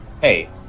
Hey